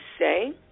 say